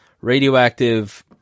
radioactive